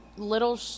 little